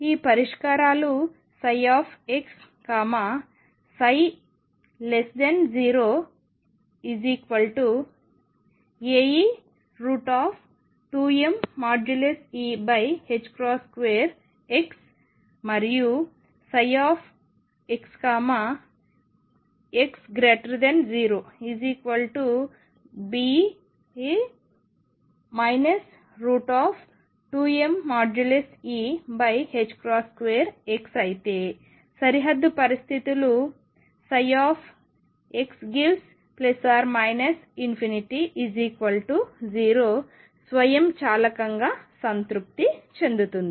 ఈ పరిష్కారాలు xx0Ae2mE2x మరియు xx0Be 2mE2x అయితే సరిహద్దు పరిస్థితులు x→±∞0 స్వయంచాలకంగా సంతృప్తి చెందుతుంది